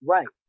Right